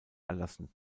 erlassen